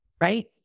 right